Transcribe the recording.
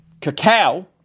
cacao